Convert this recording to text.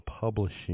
publishing